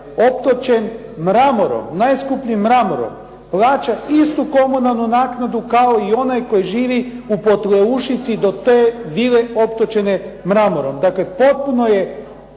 optočen mramorom, najskupljim mramorom plaća istu komunalnu naknadu kao i onaj koji živi u Potleušici do te vile optočene mramorom. Dakle, potpuno je